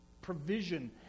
provision